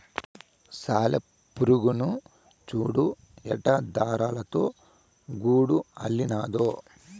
సాలెపురుగు చూడు ఎట్టా దారాలతో గూడు అల్లినాదో